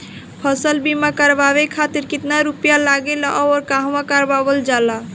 फसल बीमा करावे खातिर केतना रुपया लागेला अउर कहवा करावल जाला?